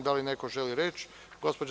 Da li neko želi reč? (Da.